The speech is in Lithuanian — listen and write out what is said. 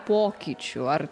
pokyčių ar